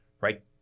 right